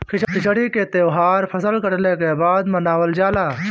खिचड़ी के तौहार फसल कटले के बाद मनावल जाला